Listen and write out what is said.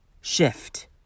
shift